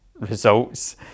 results